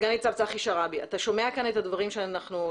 סגן ניצב צחי שרעבי אתה שומע כאן את הדברים שנאמרים,